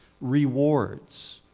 rewards